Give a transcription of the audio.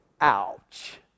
Ouch